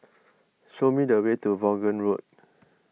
show me the way to Vaughan Road